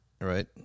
right